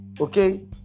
okay